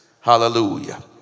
Hallelujah